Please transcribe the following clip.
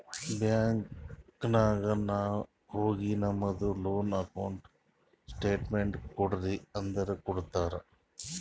bank ನಾಗ್ ಹೋಗಿ ನಮ್ದು ಲೋನ್ ಅಕೌಂಟ್ ಸ್ಟೇಟ್ಮೆಂಟ್ ಕೋಡ್ರಿ ಅಂದುರ್ ಕೊಡ್ತಾರ್